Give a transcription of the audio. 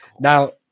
Now